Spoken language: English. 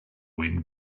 wind